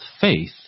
faith